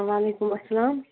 وعلیکُم اسلام